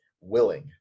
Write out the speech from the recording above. willing